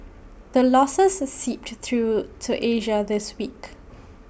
the losses seeped through to Asia this week